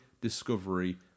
discovery